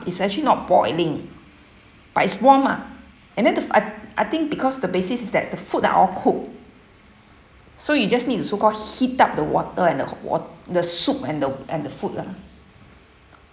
it's actually not boiling but it's warm lah and then the f~ I I think because the basis is that the food are all cooked so you just need to so-called heat up the water and the h~ wat~ the soup and the and the food lah